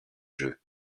jeux